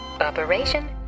Operation